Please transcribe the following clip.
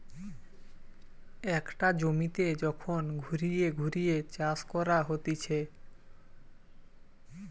একটা জমিতে যখন ঘুরিয়ে ঘুরিয়ে চাষ করা হতিছে